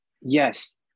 Yes